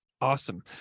Awesome